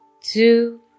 two